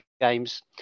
games